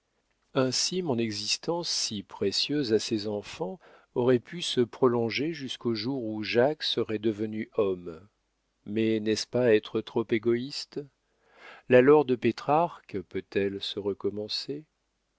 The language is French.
ainsi mon existence si précieuse à ces enfants aurait pu se prolonger jusqu'au jour où jacques serait devenu homme mais n'est-ce pas être trop égoïste la laure de pétrarque peut-elle se recommencer